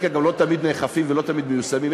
כלל גם לא תמיד נאכפים ולא תמיד מיושמים.